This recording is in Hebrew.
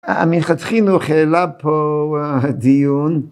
המנחת חינוך העלה פה דיון.